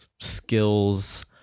skills